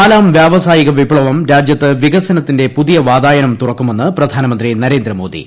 നാലാം വ്യാവസായിക വിപ്പവം രാജ്യത്ത് വികസനത്തിന്റെ പൂതിയ വാതായനം തുറക്കുമെന്ന് പ്രധാനമന്ത്രി നരേന്ദ്രമോദി